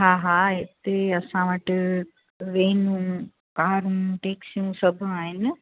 हा हा हिते असां वटि वेनूं कारियूं टैक्सियूं सभु आहिनि